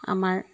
আমাৰ